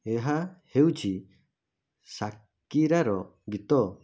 ଏହା ହେଉଛି ସାକିରାର ଗୀତ